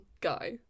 guy